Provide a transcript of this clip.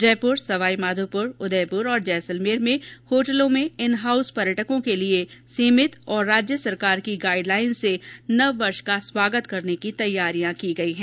जयप्र सवाईमाधोप्र उदयप्र और जैसलमेर में होटलों में इन हाउस पर्यटकों के लिए सीमित और सरकार की गाइडलाइन से नववर्ष का स्वागत करने की तैयारियां की गई हैं